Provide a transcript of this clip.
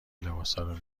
لباسارو